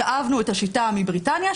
שאבנו את השיטה מבריטניה,